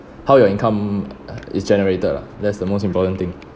how your income uh is generated lah that's the most important thing